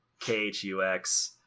KHUX